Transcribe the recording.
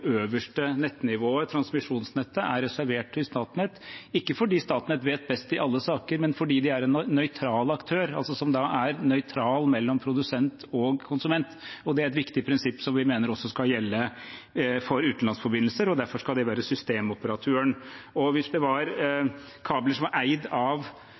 øverste nettnivået, transmisjonsnettet, er reservert Statnett – ikke fordi Statnett vet best i alle saker, men fordi de er en nøytral aktør, som er nøytral mellom produsent og konsument. Det er et viktig prinsipp som vi mener også skal gjelde for utenlandsforbindelser, og derfor skal de være systemoperatøren. Hvis det er kabler som er eid av